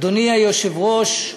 אדוני היושב-ראש,